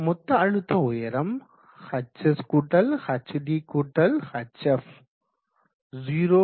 மொத்த அழுத்த உயரம் hshdhf 0182